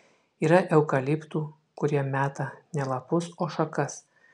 yra eukaliptų kurie meta ne lapus o šakas